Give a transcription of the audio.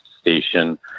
station